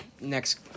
next